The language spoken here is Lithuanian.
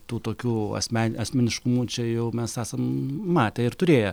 tų tokių asmen asmeniškumų čia jau mes esam matę ir turėję